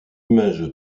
image